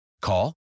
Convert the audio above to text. Call